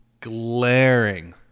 glaring